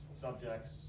subjects